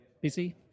busy